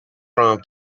from